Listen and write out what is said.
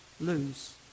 lose